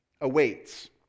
awaits